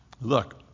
look